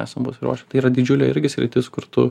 esam pasiruošę tai yra didžiulė irgi sritis kur tu